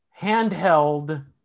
handheld